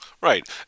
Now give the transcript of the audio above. Right